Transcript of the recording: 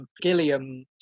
Gilliam